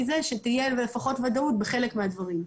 מזה שתהיה ודאות בחלק מהדברים.